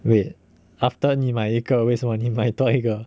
wait after 你买一个为什么你买多一个